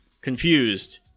confused